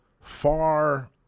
far